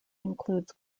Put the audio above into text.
includes